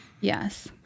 Yes